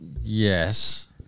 yes